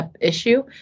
issue